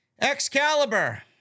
Excalibur